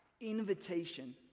invitation